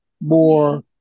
more